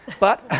but,